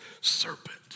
serpent